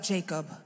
Jacob